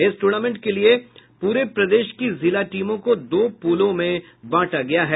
इस टूर्नामेंट के लिए पूरे प्रदेश की जिला टीमों को दो पूल में बांटा गया है